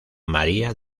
maría